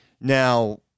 Now